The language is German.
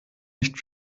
nicht